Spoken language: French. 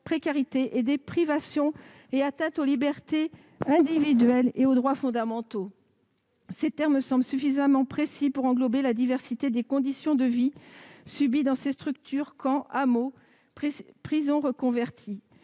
par des privations et atteintes aux libertés individuelles et aux droits fondamentaux. Ces termes me semblent suffisamment précis pour englober la diversité des conditions de vie subies dans ces structures- les camps, les hameaux ou les prisons reconverties.